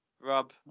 rob